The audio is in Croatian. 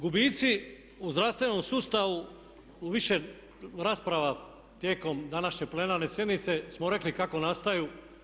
Gubici u zdravstvenom sustavu u više rasprava tijekom današnje plenarne sjednice smo rekli kako nastaju.